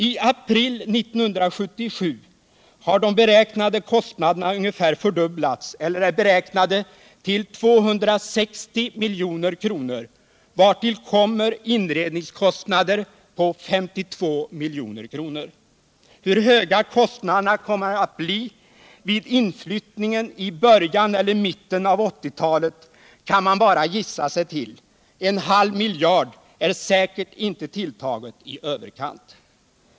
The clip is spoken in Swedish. I april 1977 har de beräknade kostnaderna ungefär fördubblats eller är beräknade till 260 milj.kr., vartill kommer inredningskostnader på 52 milj.kr. Hur höga kostnaderna kommer att bli vid inflyttningen i början eller mitten av 1980-talet kan man bara gissa sig till en halv miljard är säkert inte tilltaget i överkant.